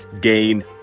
gain